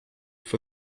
for